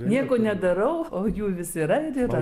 nieko nedarau o jų vis yra ir yra